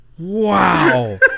Wow